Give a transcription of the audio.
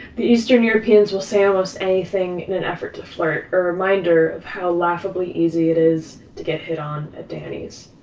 the eastern-europeans will say almost anything in an effort to flirt a reminder of how laughably easy it is to get hit on at danny and